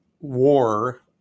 war